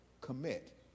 commit